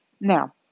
Now